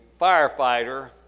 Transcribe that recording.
firefighter